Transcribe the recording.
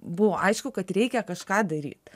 buvo aišku kad reikia kažką daryt